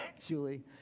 Julie